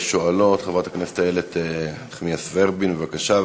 השואלות, חברת הכנסת נחמיאס ורבין, בבקשה.